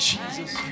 Jesus